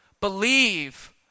Believe